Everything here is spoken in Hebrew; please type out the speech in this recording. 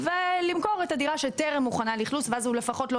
ולמכור את הדירה שטרם מוכנה לאכלוס ואז הוא לפחות לא